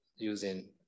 Using